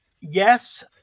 Yes